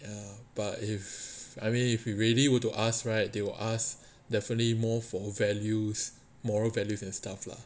ya but if I mean if you really were to ask right they will ask definitely more for values moral values and stuff lah